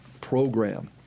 program